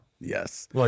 Yes